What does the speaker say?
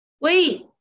Wait